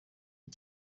iki